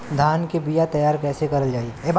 धान के बीया तैयार कैसे करल जाई?